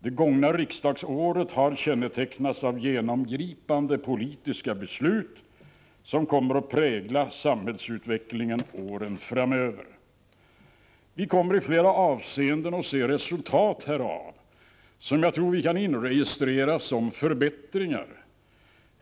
Det gångna riksdagsåret har kännetecknats av genomgripande politiska beslut, som kommer att prägla samhällsutvecklingen åren framöver. Vi kommer i flera avseenden att se resultat härav, som jag tror att vi kan inregistrera såsom förbättringar.